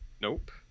Nope